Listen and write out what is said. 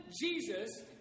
Jesus